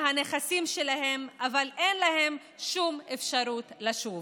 מהנכסים שלהם, אבל אין להם שום אפשרות לשוב.